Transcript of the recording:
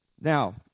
Now